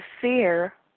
fear